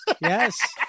yes